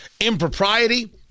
impropriety